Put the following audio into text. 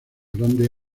grandes